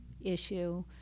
issue